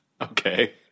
Okay